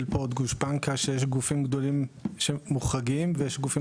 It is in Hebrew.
פה גושפנקה שיש גופים גדולים שמוחרגים ויש גופים